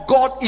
God